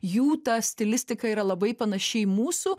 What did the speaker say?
jų ta stilistika yra labai panaši į mūsų